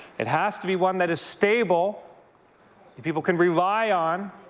it has to be one that is stable, that people can rely on.